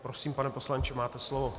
Prosím, pane poslanče, máte slovo.